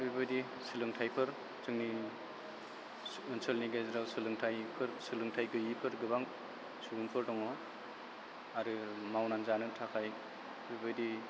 बेफोरबायदि सोलोंथाइफोर जोंनि ओनसोलनि गेजेराव सोलोंथाइफोर सोलोंथाइ गैयैफोर गोबां सुबुंफोर दङ आरो मावनानै जानो थाखाय बेफोरबायदि